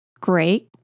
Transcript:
Great